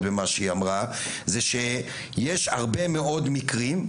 במה שהיא אמרה זה שיש הרבה מאוד מקרים,